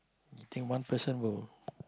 think one person will